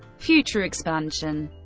future expansion